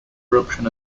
corruption